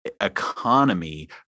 economy